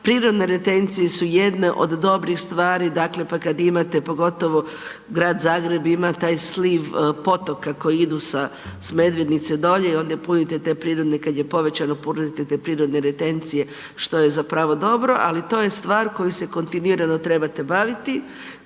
prirodne retencije su jedne od dobrih stvari, dakle, pa kad imate, pogotovo Grad Zagreb ima taj sliv potoka koji idu s Medvednice dolje i onda punite te prirodne, kad je povećano punite te prirodne retencije, što je zapravo dobro, ali to je stvar koju se kontinuirano trebate baviti,